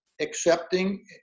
accepting